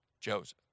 Joseph